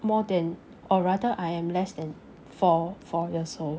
more than or rather I am less than four four years old